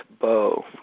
Bo